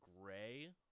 gray